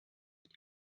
die